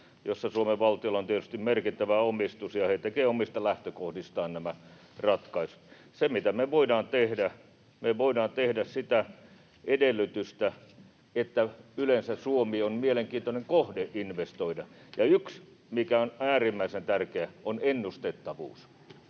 jossa Suomen valtiolla on tietysti merkittävä omistus, ja he tekevät omista lähtökohdistaan nämä ratkaisut. Se, mitä me voidaan tehdä: Me voidaan tehdä sitä edellytystä, että yleensä Suomi on mielenkiintoinen kohde investoida, ja yksi mikä on äärimmäisen tärkeää, on ennustettavuus.